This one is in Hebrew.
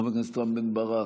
חבר הכנסת רם בן ברק,